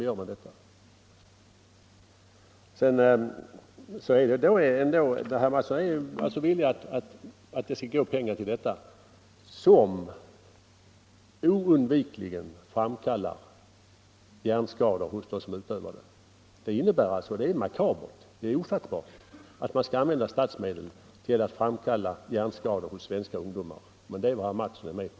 Herr Mattsson är alltså villig att låta pengar gå till boxningen, som oundvikligen framkallar hjärnskador hos dem som utövar den. Det är makabert och ofattbart att man skall använda statsmedel till att framkalla hjärnskador hos svenska ungdomar. Men det är vad herr Mattsson är med på.